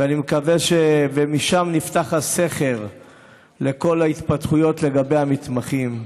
ומשם נפתח הסכר לכל ההתפתחויות לגבי המתמחים.